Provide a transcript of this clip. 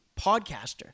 podcaster